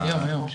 המאבק.